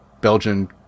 belgian